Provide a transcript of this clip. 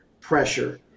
pressure